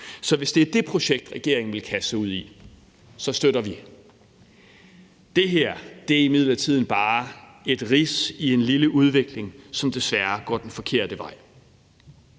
Så hvis det er det projekt, regeringen vil kaste sig ud i, så støtter vi det. Det her er imidlertid bare et rids i en lille udvikling, som desværre går den forkerte vej.